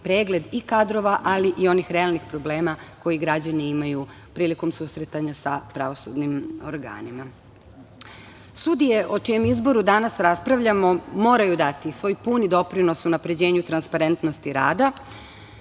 pregled i kadrova, ali i onih realnih problema koji građani imaju prilikom susretanja sa pravosudnim organima. Sudije o čijem izboru danas raspravljamo moraju dati svoj puni doprinos unapređenju transparentnosti rada.